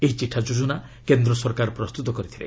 ଏହି ଚିଠା ଯୋଜନା କେନ୍ଦ୍ର ସରକାର ପ୍ରସ୍ତୁତ କରିଥିଲେ